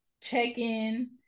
check-in